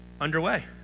underway